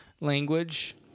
language